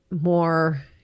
more